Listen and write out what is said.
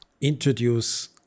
introduce